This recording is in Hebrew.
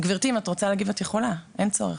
גברתי, אם את רוצה להגיב את יכולה, אין צורך